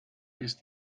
ist